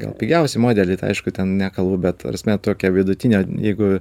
gal pigiausi modeliai tai aišku ten nekalbu bet ta prasme tokie vidutinio jeigu